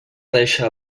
deixar